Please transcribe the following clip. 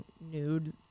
nude